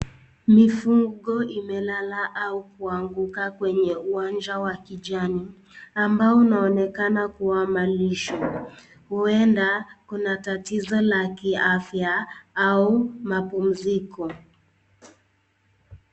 Mifugo imelala au kuanguka kwenye uwanja wa kijani ambao unaonekana kuwa malisho, ueda kuna tatizo la kiafya au mapumziko.